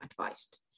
advised